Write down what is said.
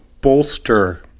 bolster